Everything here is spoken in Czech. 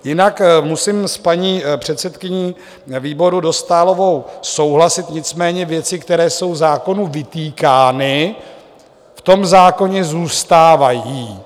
Jinak musím s paní předsedkyní výboru Dostálovou souhlasit, nicméně věci, které jsou zákonu vytýkány, v tom zákoně zůstávají.